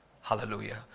Hallelujah